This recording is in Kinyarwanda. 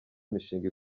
imishinga